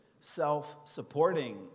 self-supporting